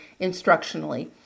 instructionally